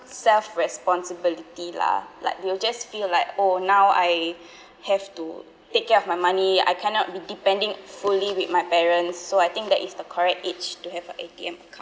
self responsibility lah like you just feel like oh now I have to take care of my money I cannot be depending fully with my parents so I think that is the correct age to have a A_T_M card